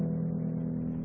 like